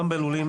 זה בלול ישן